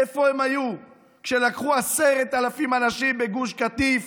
איפה הם היו כשלקחו 10,000 אנשים בגוש קטיף